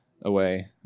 away